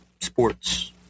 sports